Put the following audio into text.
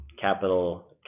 capital